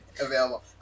available